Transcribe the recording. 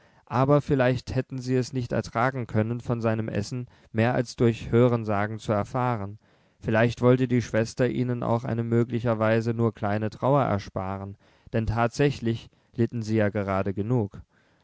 aber vielleicht hätten sie es nicht ertragen können von seinem essen mehr als durch hörensagen zu erfahren vielleicht wollte die schwester ihnen auch eine möglicherweise nur kleine trauer ersparen denn tatsächlich litten sie ja gerade genug